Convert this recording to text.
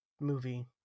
movie